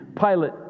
Pilate